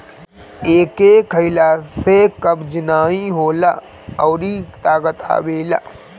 एके खइला से कब्ज नाइ होला अउरी ताकत आवेला